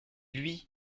lui